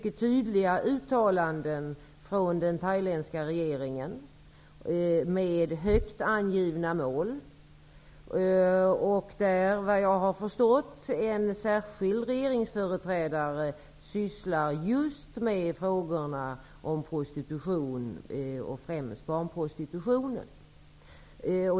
Den thailändska regeringen har gjort mycket tydliga uttalanden, med högt angivna mål. Efter vad jag har förstått sysslar en särskild regeringsföreträdare med frågor som rör just prostitution, främst barnprostitution.